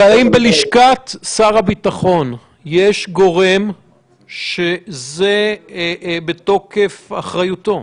אבל האם בלשכת שר הביטחון יש גורם שזה בתוקף אחריותו?